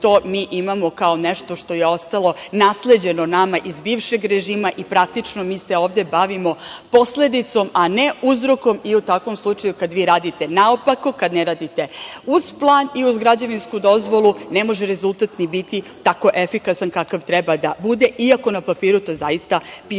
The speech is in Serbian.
to mi imamo kao nešto što je ostalo nasleđeno nama iz bivšeg režima. Praktično, mi se ovde bavimo posledicom, a ne uzrokom i o takvom slučaju, kad vi radite naopako, kad ne radite uz plan i uz građevinsku dozvolu ne može rezultat ni biti tako efikasan kakav treba da bude, iako na papiru to zaista piše